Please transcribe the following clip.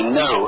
no